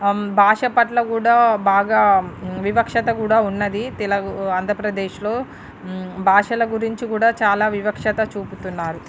భాష పట్ల గూడా బాగా వివక్షత గూడా ఉన్నది తిలవు ఆంధ్రప్రదేశ్లో భాషల గురించి గూడా చాలా వివక్షత చూపుతున్నారు